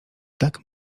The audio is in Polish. tak